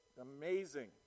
amazing